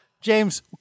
James